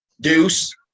Deuce